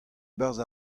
barzh